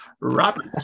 Robert